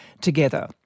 together